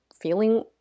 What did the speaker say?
Feeling